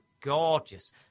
gorgeous